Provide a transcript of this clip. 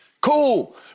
Cool